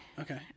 okay